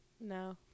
No